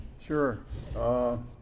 Sure